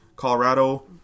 Colorado